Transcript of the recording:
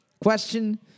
Question